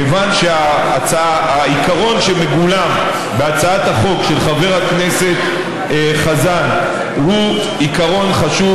כיוון שהעיקרון שמגולם בהצעת החוק של חבר הכנסת חזן הוא עיקרון חשוב,